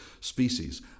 species